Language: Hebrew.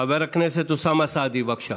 חבר הכנסת אוסאמה סעדי, בבקשה.